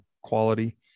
quality